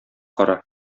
кара